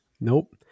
nope